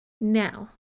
Now